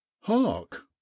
hark